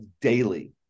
daily